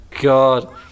god